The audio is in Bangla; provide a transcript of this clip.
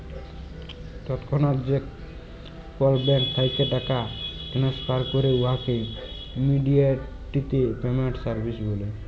তৎক্ষণাৎ যে কল ব্যাংক থ্যাইকে টাকা টেনেসফার ক্যরে উয়াকে ইমেডিয়াতে পেমেল্ট সার্ভিস ব্যলে